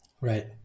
right